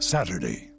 Saturday